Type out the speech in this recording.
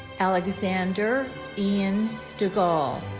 alexander ian degal